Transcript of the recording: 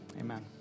amen